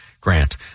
grant